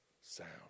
sound